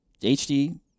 HD